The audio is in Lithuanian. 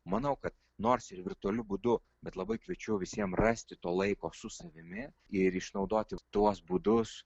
manau kad nors ir virtualiu būdu bet labai kviečiu visiem rasti to laiko su savimi ir išnaudoti tuos būdus